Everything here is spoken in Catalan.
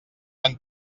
han